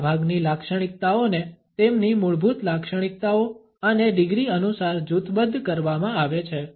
મોટાભાગની લાક્ષણિકતાઓને તેમની મૂળભૂત લાક્ષણિકતાઓ અને ડિગ્રી અનુસાર જૂથબદ્ધ કરવામાં આવે છે